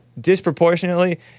disproportionately